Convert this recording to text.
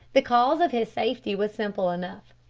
the cause of his safety was simple enough.